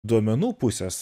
duomenų pusės